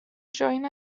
join